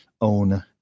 own